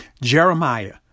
Jeremiah